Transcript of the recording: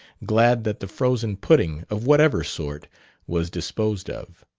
glad that the frozen pudding of whatever sort was disposed of.